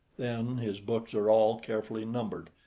then his books are all carefully numbered,